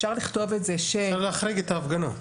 אפשר להחריג את ההפגנה.